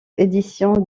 éditions